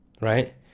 Right